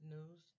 News